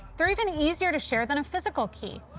they're even easier to share than a physical key.